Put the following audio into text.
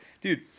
Dude